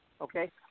okay